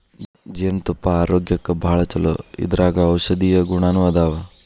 ಜೇನತುಪ್ಪಾ ಆರೋಗ್ಯಕ್ಕ ಭಾಳ ಚುಲೊ ಇದರಾಗ ಔಷದೇಯ ಗುಣಾನು ಅದಾವ